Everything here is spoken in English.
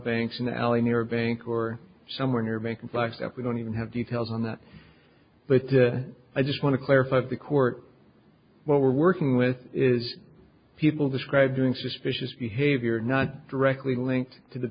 banks in the alley near a bank or somewhere near macon flagstaff we don't even have details on that but i just want to clarify that the court what we're working with is people described doing suspicious behavior not directly linked to the